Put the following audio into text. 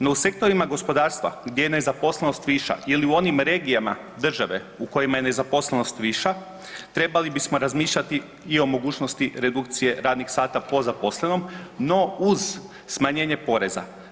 No u sektorima gospodarstva gdje je nezaposlenost viša ili u onim regijama države u kojima je nezaposlenost viša trebali bismo razmišljati i o mogućnosti redukcije radnih sata po zaposlenom no uz smanjenje poreza.